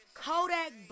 Kodak